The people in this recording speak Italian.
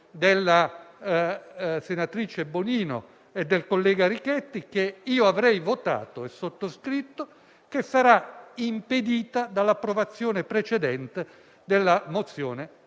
della senatrice Bonino e del collega Richetti che avrei votato e sottoscritto, ma sarà impedita dall'approvazione precedente della proposta